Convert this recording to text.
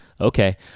Okay